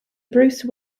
bruce